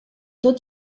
tot